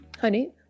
Honey